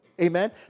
Amen